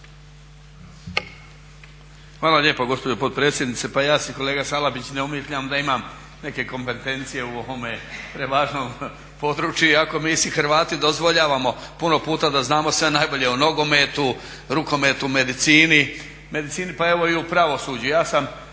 Hvala lijepo gospođo potpredsjednice. Pa ja si kolega Salapić ne umišljam da imam neke kompetencije u ovom prevažnom području iako mi si Hrvati dozvoljavamo puno puta da znamo sve najbolje o nogometu, rukometu, medicini, pa evo i o pravosuđu.